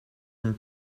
from